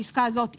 הפסקה הזאת,